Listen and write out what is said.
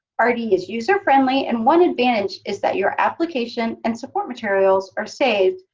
artie is user friendly, and one advantage is that your application and support materials are saved,